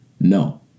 No